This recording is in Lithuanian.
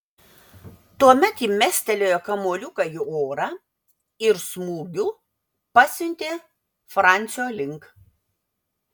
tuomet ji mestelėjo kamuoliuką į orą ir smūgiu pasiuntė francio link